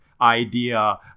idea